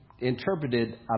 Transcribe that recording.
Interpreted